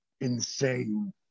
insane